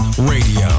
Radio